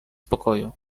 pokoju